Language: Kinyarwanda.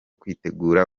kwitegura